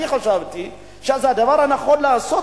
אני חשבתי שזה הדבר הנכון לעשות,